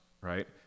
right